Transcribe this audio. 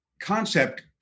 concept